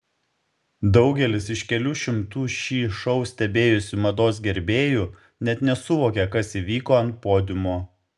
daugelis iš kelių šimtų šį šou stebėjusių mados gerbėjų net nesuvokė kas įvyko ant podiumo